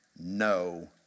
no